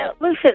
Listen